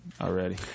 already